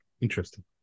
interesting